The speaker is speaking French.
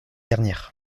dernière